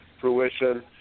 fruition